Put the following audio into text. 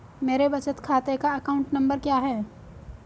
मेरे बचत खाते का अकाउंट नंबर क्या है?